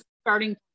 starting